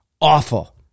Awful